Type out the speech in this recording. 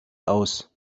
aus